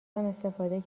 استفاده